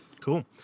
Cool